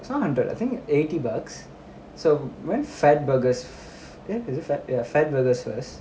it's not hundred I think eighty bucks so went fat burgers eh is it fat ya fat burgers place